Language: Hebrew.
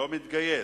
לא מתגייס,